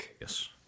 yes